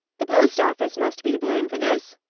the post-office must be to blame for this,